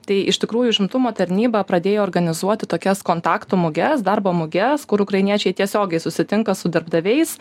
tai iš tikrųjų užimtumo tarnyba pradėjo organizuoti tokias kontaktų muges darbo muges kur ukrainiečiai tiesiogiai susitinka su darbdaviais